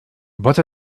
but